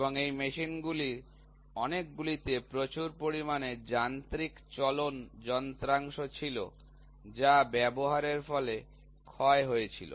এবং এই মেশিনগুলির অনেকগুলিতে প্রচুর পরিমাণে যান্ত্রিক চলন যন্ত্রাংশ ছিল যা ব্যবহারের ফলে ক্ষয় হয়েছিল